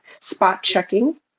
spot-checking